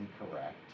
incorrect